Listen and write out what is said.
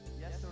Yes